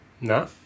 No